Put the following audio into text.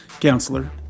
counselor